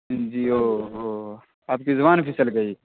جی اوہو آپ کی زبان پھسل گئی